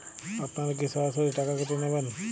আপনারা কি সরাসরি টাকা কেটে নেবেন?